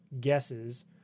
guesses –